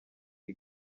iyi